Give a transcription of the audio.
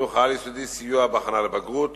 בחינוך העל-יסודי סיוע בהכנה לבגרות.